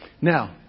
Now